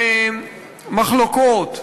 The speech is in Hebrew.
ומחלוקות,